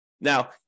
Now